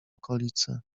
okolicę